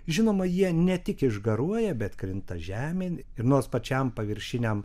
žinoma jie ne tik išgaruoja bet krinta žemėn ir nors pačiam paviršiniam